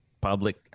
public